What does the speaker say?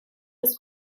des